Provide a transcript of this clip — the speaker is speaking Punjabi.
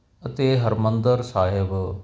ਅਤੇ ਹਰਿਮੰਦਰ ਸਾਹਿਬ ਦੀ